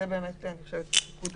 יש גם את השאלה של התנאים במלוניות וכו'.